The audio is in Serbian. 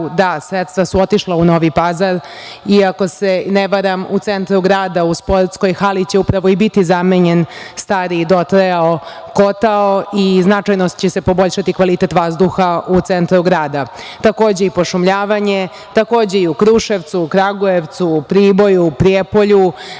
Da, sredstva su otišla u Novi Pazar i ako se ne varam u centru grada u sportskoj hali će upravo i biti zamenjen stari i dotrajao kotao i značajno će se poboljšati kvalitet vazduha u centru grada. Takođe i pošumljavanje. Takođe i u Kruševcu, u Kragujevcu, u Priboju, u Prijepolju,